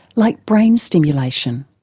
like brain stimulation.